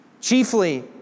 Chiefly